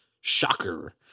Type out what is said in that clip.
Shocker